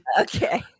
Okay